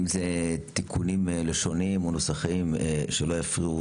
בין אם זה תיקונים לשוניים או ניסוחיים שלא יפריעו.